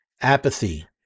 apathy